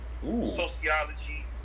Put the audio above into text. Sociology